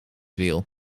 wiel